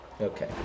Okay